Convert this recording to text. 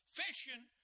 fishing